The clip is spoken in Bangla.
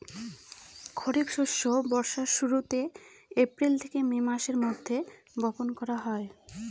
খরিফ ফসল বর্ষার শুরুতে, এপ্রিল থেকে মে মাসের মধ্যে, বপন করা হয়